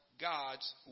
God's